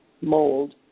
mold